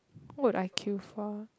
would I queue for